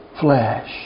flesh